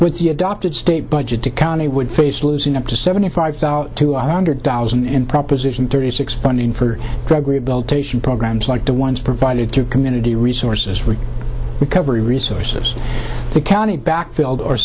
with the adopted state budget to county would face losing up to seventy five to one hundred thousand in proposition thirty six funding for drug rehabilitation programs like the ones provided to community resources for recovery resources the county back failed or